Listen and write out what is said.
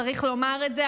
צריך לומר את זה,